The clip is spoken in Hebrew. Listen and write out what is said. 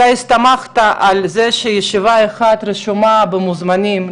אתה הסתמכת על זה שבישיבה אחת רשומה במוזמנים,